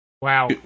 Wow